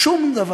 שום דבר.